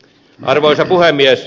arvoisa puhemies